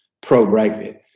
pro-Brexit